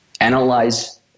Analyze